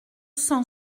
cent